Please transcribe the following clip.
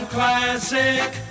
Classic